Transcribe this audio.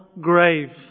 grave